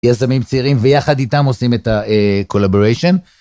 יזמים צעירים ויחד איתם עושים את הcollaboration.